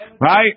Right